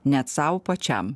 net sau pačiam